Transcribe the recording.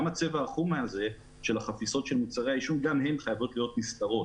גם הצבע החום של החפיסות של מוצרי העישון גם הן חייבות להיות נסתרות